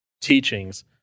teachings